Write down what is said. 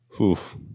Oof